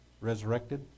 resurrected